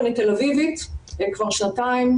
אני תל אביבית כבר שנתיים,